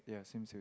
yeah a swimsuit